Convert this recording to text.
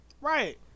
Right